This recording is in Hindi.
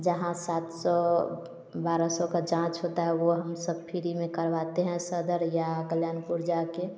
जहाँ सात सौ बारह सौ का जाँच होता है वो हम सब फीरी में करवाते हैं सदर या कल्याणपुर जा के